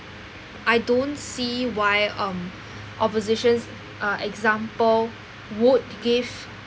I don't see why um oppositions uh example would give